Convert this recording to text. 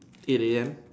eight A_M